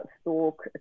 stalk